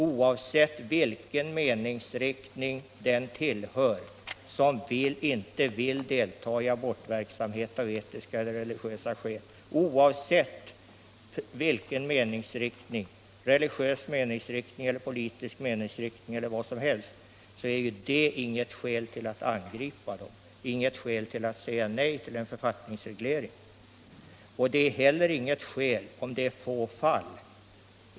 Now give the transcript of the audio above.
Oavsett vilken meningsriktning de tillhör som inte vill delta i abortverksamhet — religiös, politisk eller annan meningsriktning — så är det inget skäl till att angripa dem, inget skäl till att säga nej till en författningsreglering. Det är heller inget skäl att det är få fall.